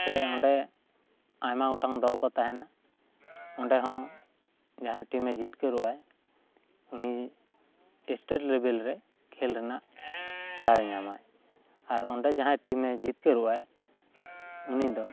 ᱥᱮ ᱚᱸᱰᱮ ᱟᱭᱢᱟ ᱜᱚᱴᱟᱝ ᱫᱚᱞ ᱠᱚ ᱛᱟᱦᱮᱱᱟ ᱚᱸᱰᱮ ᱦᱚᱸ ᱡᱟᱦᱟᱸᱭ ᱴᱤᱢᱮ ᱡᱤᱛᱠᱟᱹᱨᱚᱜ ᱟᱭ ᱩᱱᱤ ᱮᱥᱴᱮᱴ ᱞᱮᱵᱮᱞ ᱨᱮ ᱠᱷᱮᱞ ᱨᱮᱱᱟᱜ ᱫᱟᱣ ᱮ ᱧᱟᱢᱟ ᱟᱨ ᱚᱸᱰᱮ ᱡᱟᱦᱟᱸᱭ ᱴᱤᱢᱮ ᱡᱤᱛᱠᱟᱹᱨᱚᱜᱼᱟᱭ ᱩᱱᱤ ᱫᱚ